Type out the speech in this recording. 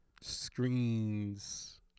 screens